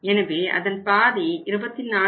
எனவே அதன் பாதி 24